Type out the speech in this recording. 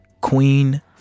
Queen